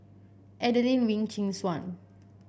Adelene Wee Chin Suan